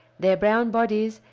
their brown bodies,